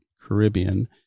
caribbean